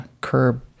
curb